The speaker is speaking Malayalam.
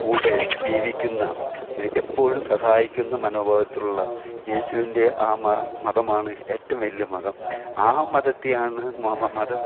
കൂടെ ജീവിക്കുന്ന എപ്പോഴും സഹായിക്കുന്ന മനോഭാവത്തിലുള്ള യേശുവിന്റെ ആ മതമാണ് ഏറ്റവും വലിയ മതം ആ മതത്തെയാണ് മതം